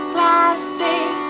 Classic